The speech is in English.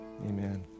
Amen